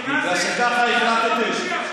בגלל שככה החלטתם.